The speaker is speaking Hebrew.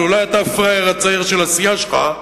אולי אתה הפראייר הצעיר של הסיעה שלך,